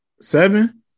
Seven